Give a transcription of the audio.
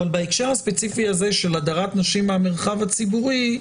אבל בהקשר הספציפי הזה של הדרת נשים מהמרחב הציבורי,